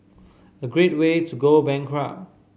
a great way to go bankrupt